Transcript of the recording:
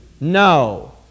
No